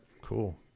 Cool